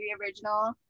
original